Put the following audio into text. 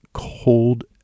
Cold